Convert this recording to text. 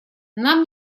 нам